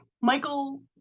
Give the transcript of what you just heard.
michael